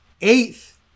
eighth